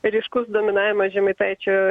ryškus dominavimas žemaitaičio